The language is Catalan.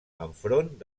enfront